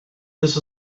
this